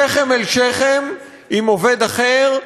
שכם אל שכם עם עובד אחר,